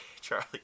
Charlie